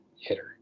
hitter